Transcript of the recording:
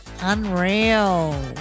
Unreal